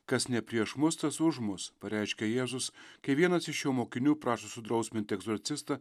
kas ne prieš mus tas už mus pareiškia jėzus kai vienas iš jo mokinių prašo sudrausminti egzorcistą